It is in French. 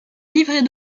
livrets